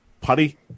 Putty